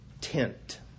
tent